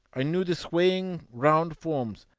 i knew the swaying round forms,